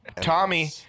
Tommy